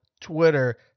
Twitter